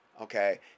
okay